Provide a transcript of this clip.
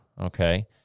okay